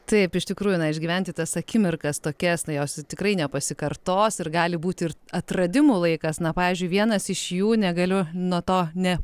taip iš tikrųjų na išgyventi tas akimirkas tokias jos tikrai nepasikartos ir gali būti ir atradimų laikas na pavyzdžiui vienas iš jų negaliu nuo to ne